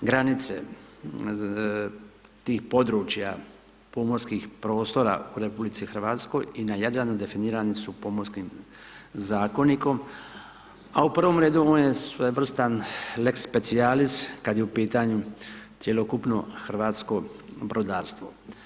Granice tih područja pomorskih prostora u RH i na Jadranu definirane su Pomorskim zakonikom, a u prvom redu on je svojevrstan lex specialis, kad je u pitanju cjelokupno hrvatsko brodarstvo.